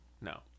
No